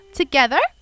together